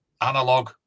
analog